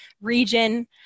Region